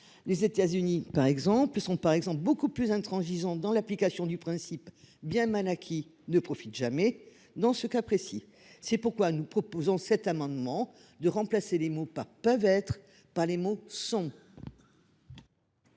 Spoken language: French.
Les États-Unis par exemple, sont par exemple beaucoup plus intransigeante dans l'application du principe bien mal acquis ne profite jamais. Dans ce cas précis, c'est pourquoi nous proposons cet amendement de remplacer les mots pas peuvent être pas les mots sont.